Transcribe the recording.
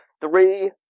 three